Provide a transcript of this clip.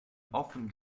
often